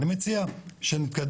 אני מציע שנתקדם,